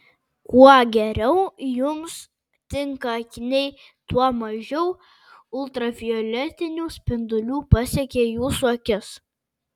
kuo geriau jums tinka akiniai tuo mažiau ultravioletinių spindulių pasiekia jūsų akis